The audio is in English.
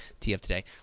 TFToday